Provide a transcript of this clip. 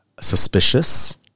suspicious